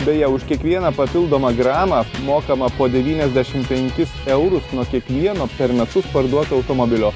beje už kiekvieną papildomą gramą mokama po devyniasdešim penkis eurus nuo kiekvieno per metus parduoto automobilio